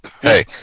Hey